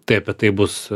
tai apie tai bus